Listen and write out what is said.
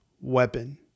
weapon